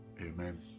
amen